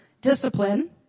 discipline